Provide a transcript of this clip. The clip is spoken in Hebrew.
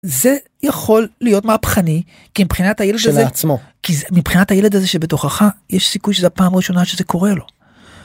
זה יכול להיות מהפכני כי מבחינת הילד - כשלעצמו - מבחינת הילד הזה שבתוכך יש סיכוי שזה הפעם ראשונה שזה קורה לו.